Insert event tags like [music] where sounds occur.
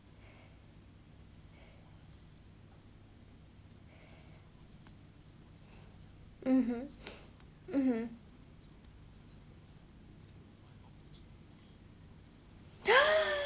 mmhmm mmhmm [breath]